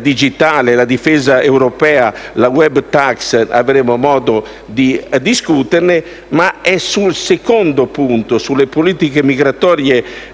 digitale, la difesa europea e la *web tax* avremo modo di discutere ma sul secondo punto, cioè sulle politiche migratorie comuni